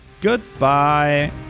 Goodbye